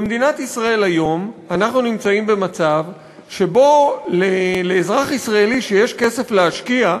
במדינת ישראל היום אנחנו נמצאים במצב שבו לאזרח ישראלי שיש כסף להשקיע,